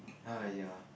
!aiya!